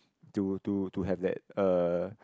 to to to have that uh